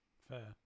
Fair